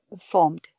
formed